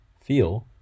feel